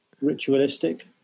ritualistic